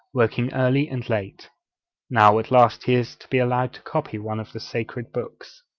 working early and late now, at last, he is to be allowed to copy one of the sacred books.